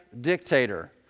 dictator